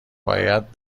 باید